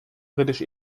britisch